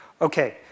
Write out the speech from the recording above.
Okay